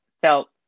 felt